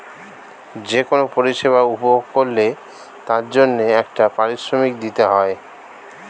যে কোন পরিষেবা উপভোগ করলে তার জন্যে একটা পারিশ্রমিক দিতে হয়